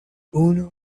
unu